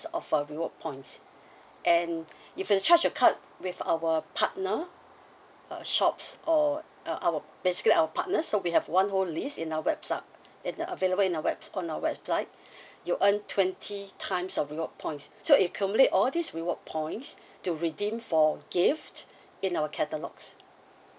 of a reward points and if you charge your card with our partner uh shops or uh our basically our partners so we have one whole list in our website in uh available in our webs on our website you earn twenty times of reward points so it accumulate all this reward points to redeem for gift in our catalogues